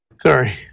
sorry